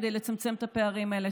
כדי לצמצם את הפערים האלה.